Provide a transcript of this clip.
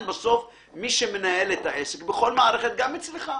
אני פה בכובע של מנהל מטה בטיחות.